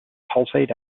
pulsate